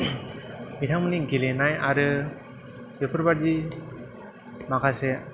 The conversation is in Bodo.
बिथांमोननि गेलेनाय आरो बेफोरबादि माखासे